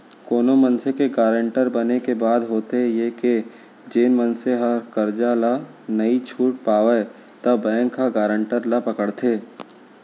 कोनो मनसे के गारंटर बने के बाद होथे ये के जेन मनसे ह करजा ल नइ छूट पावय त बेंक ह गारंटर ल पकड़थे